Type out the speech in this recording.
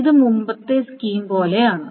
ഇത് മുമ്പത്തെ സ്കീം പോലെയാണ്